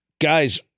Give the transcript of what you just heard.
Guys